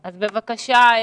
נתייחס.